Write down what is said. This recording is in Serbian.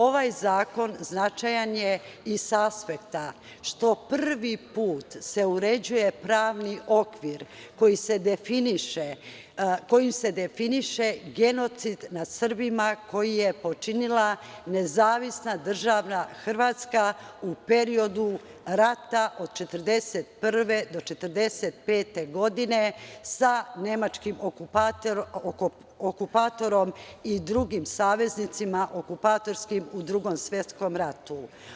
Ovaj zakon značajan je i sa aspekta što prvi put se uređuje pravni okvir kojim se definiše genocid nad Srbima koji je počinila NDH u periodu rata od 1941. do 1945. godine, sa nemačkim okupatorom i drugim saveznicima okupatorskim u Drugom svetskom ratu.